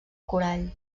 corall